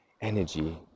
energy